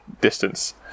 distance